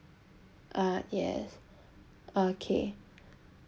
uh yes okay